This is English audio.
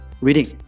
Reading